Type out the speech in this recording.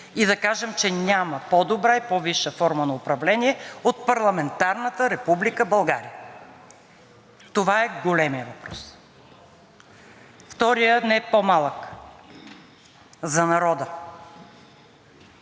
и да кажем, че няма по-добра и по-висша форма на управление от парламентарната република в България. Това е големият въпрос. Вторият, не по-малък – за народа.